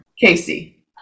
Casey